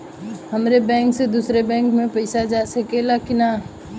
हमारे बैंक से दूसरा बैंक में पैसा जा सकेला की ना?